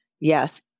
yes